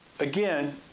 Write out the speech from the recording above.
again